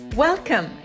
Welcome